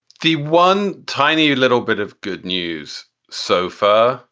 the one tiny little bit of good news so far.